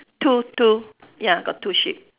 two two ya got two sheep